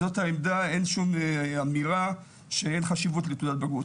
זאת העמדה אין שום אמירה שאין חשיבות לתעודת בגרות,